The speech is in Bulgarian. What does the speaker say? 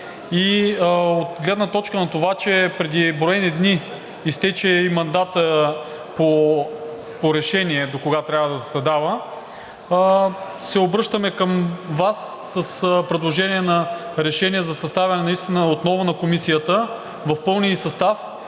И от гледна точка на това, че преди броени дни изтече мандатът по решение докога трябва да заседава, се обръщаме към Вас с предложение на решение за съставяне наистина отново на Комисията в пълния ѝ състав